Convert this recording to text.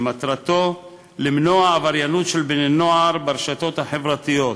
שמטרתו למנוע עבריינות של בני-נוער ברשתות החברתיות,